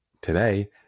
today